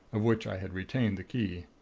of which i had retained the key.